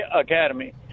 academy